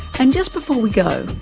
and just before we go,